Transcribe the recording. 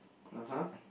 (uh huh)